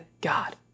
God